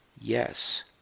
yes